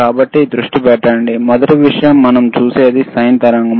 కాబట్టి దృష్టి పెట్టండి మొదటి విషయం మనం చూసేది సైన్ తరంగం